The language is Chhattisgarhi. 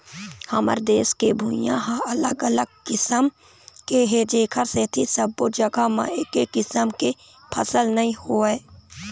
हमर देश के भुइंहा ह अलग अलग किसम के हे जेखर सेती सब्बो जघा म एके किसम के फसल नइ होवय